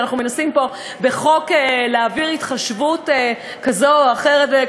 שאנחנו מנסים פה בחוק להעביר התחשבות כזו או אחרת,